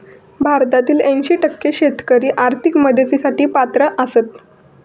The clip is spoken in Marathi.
भारतातील ऐंशी टक्के शेतकरी आर्थिक मदतीसाठी पात्र आसत